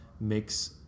makes